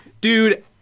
dude